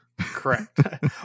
Correct